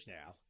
now